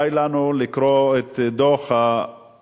די לנו לקרוא את דוח ה-OECD.